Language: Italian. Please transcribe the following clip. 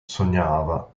sognava